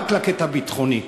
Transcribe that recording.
רק לקטע הביטחוני,